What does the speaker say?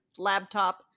laptop